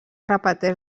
repeteix